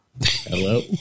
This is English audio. Hello